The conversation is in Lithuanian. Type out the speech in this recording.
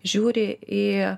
žiūri į